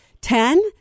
Ten